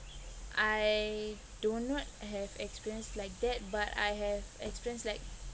I do not have experience like that but I have experience like